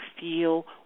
feel